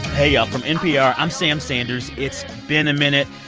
hey, y'all. from npr, i'm sam sanders it's been a minute.